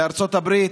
בארצות הברית: